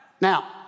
Now